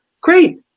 great